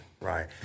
right